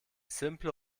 simple